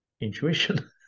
intuition